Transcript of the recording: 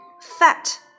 Fat